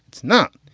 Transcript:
it's not.